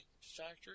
Factory